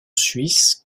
suisse